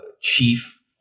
chief